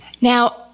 Now